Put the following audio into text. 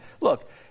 Look